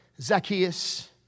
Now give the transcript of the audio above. Zacchaeus